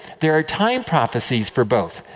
there are time prophecies for both.